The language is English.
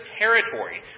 territory